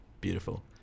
beautiful